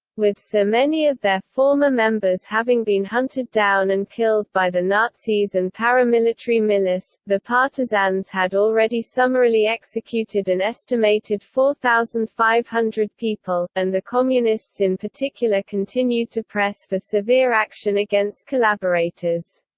with so many of their former members having been hunted down and killed by the nazis and paramilitary milice, the partisans had already summarily executed an estimated four thousand five hundred people, and the communists in particular continued to press for severe action against collaborators.